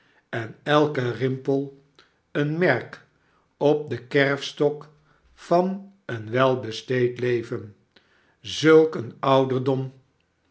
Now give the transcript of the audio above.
en elke rimpel een merk op den kerfstok van een welbesteed leven zulk een ouderdom